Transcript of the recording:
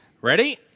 Ready